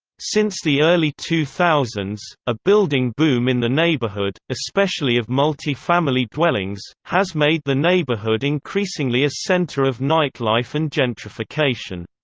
since the early two thousand s, a building boom in the neighborhood, especially of multifamily dwellings, has made the neighborhood increasingly a center of nightlife and gentrification.